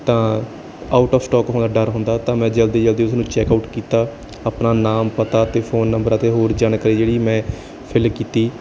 ਤਾਂ out of stock ਹੋਣ ਦਾ ਡਰ ਹੁੰਦਾ ਤਾਂ ਮੈਂ ਜਲਦੀ ਜਲਦੀ ਉਸ ਨੂੰ ਚੈੱਕ ਆਉਟ ਕੀਤਾ ਆਪਣਾ ਨਾਮ ਪਤਾ ਅਤੇ ਫੋਨ ਨੰਬਰ ਅਤੇ ਹੋਰ ਜਾਣਕਾਰੀ ਜਿਹੜੀ ਮੈਂ ਫਿੱਲ ਕੀਤੀ